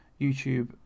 youtube